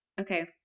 okay